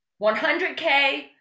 100K